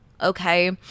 okay